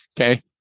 Okay